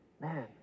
man